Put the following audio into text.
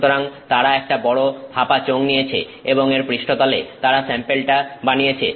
সুতরাং তারা একটা বড় ফাঁপা চোঙ নিয়েছে এবং এর পৃষ্ঠতলে তারা স্যাম্পেলটা বানিয়েছে